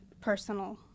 personal